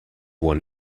one